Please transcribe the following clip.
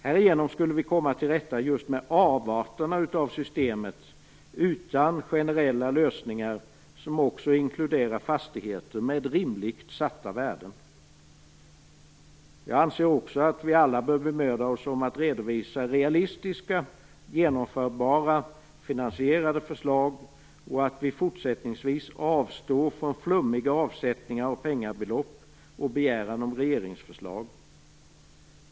Härigenom skulle vi komma till rätta just med avarterna av systemet utan generella lösningar som också inkluderar fastigheter med rimligt satta värden. Jag anser också att vi alla bör bemöda oss om att redovisa realistiska, genomförbara, finansierade förslag och att vi fortsättningsvis avstår från flummiga avsättningar av penningbelopp och begäran om regeringsförslag.